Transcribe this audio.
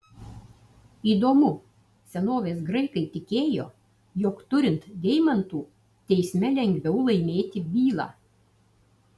įdomu senovės graikai tikėjo jog turint deimantų teisme lengviau laimėti bylą